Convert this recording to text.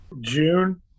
june